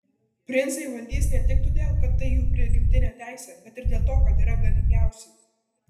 princai valdys ne tik todėl kad tai jų prigimtinė teisė bet ir dėl to kad yra galingiausi